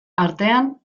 artean